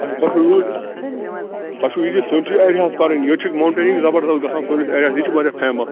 اَچھا تۄہہِ چھُو یوٗرۍ یُن تۅہہِ چھُو یہِ کہِ ژونٛٹھٕے اَمہِ منٛزٕ کَڈٕنۍ ییٚتہِ چھِ موٹیٚنِنٛگ زبردس گژھان سٲنِس ایرِیاہس یہِ چھِ وارِیاہ فیمس